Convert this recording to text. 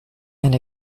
and